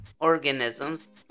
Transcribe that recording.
organisms